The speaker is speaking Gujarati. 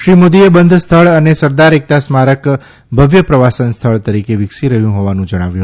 શ્રી મોદીએ બંધ સ્થળ અનેસરદાર એકતા સ્મારક ભવ્ય પ્રવાસન સ્થળ તરીકે વિકસી રહ્યું હોવાનું જણાવ્યું